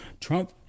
Trump